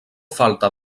falta